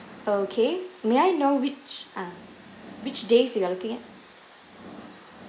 okay may I know which ah which days you are looking at